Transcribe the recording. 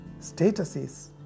statuses